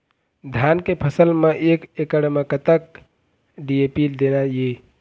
धान के फसल म एक एकड़ म कतक डी.ए.पी देना ये?